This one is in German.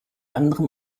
anderem